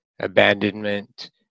abandonment